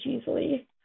easily